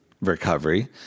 recovery